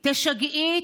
/ תשגעי,